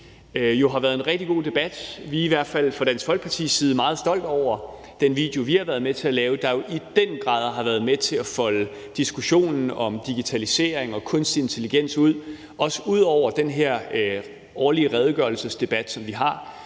sige har været en rigtig god debat. Vi er i hvert fald fra Dansk Folkepartis side meget stolte over den video, vi har været med til at lave, der jo i den grad har været med til at folde diskussionen om digitalisering og kunstig intelligens ud, også ud over den her årlige redegørelsesdebat, som vi har.